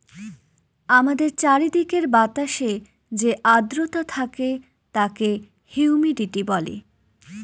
আমাদের চারিদিকের বাতাসে যে আদ্রতা থাকে তাকে হিউমিডিটি বলে